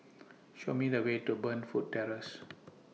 Show Me The Way to Burnfoot Terrace